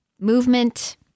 movement